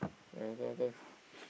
your turn your turn